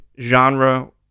genre